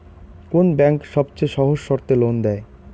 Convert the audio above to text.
কোন ব্যাংক সবচেয়ে সহজ শর্তে লোন দেয়?